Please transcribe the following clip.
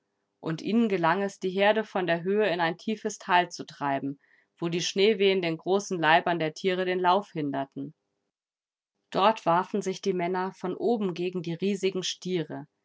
und ihnen gelang es die herde von der höhe in ein tiefes tal zu treiben wo die schneewehen den großen leibern der tiere den lauf hinderten dort warfen sich die männer von oben gegen die riesigen stiere